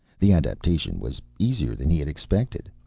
the adaptation was easier than he had expected.